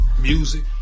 Music